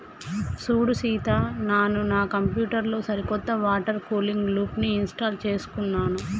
సూడు సీత నాను నా కంప్యూటర్ లో సరికొత్త వాటర్ కూలింగ్ లూప్ని ఇంస్టాల్ చేసుకున్నాను